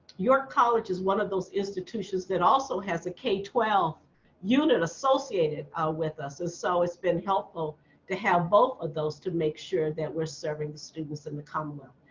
your college is one of those institutions that also has a k twelve unit associated with us. so it's been helpful to have both of those to make sure that we're serving students in the commonwealth.